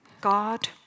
God